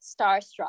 starstruck